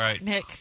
Nick